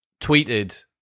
tweeted